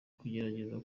kugerageza